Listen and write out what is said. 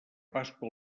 pasqua